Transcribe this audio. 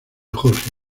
jorge